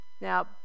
Now